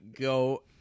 go